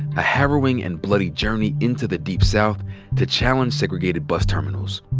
a harrowing and bloody journey into the deep south to challenge segregated bus terminals.